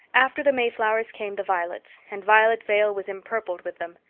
after the mayflowers came the violets, and violet vale was empurpled with them.